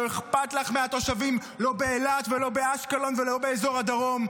לא אכפת לך מהתושבים לא באילת ולא באשקלון ולא באזור הדרום.